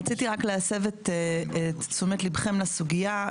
רציתי רק להסב את תשומת ליבכם לסוגיה.